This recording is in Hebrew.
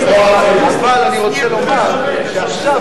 אבל אני רוצה לומר שעכשיו,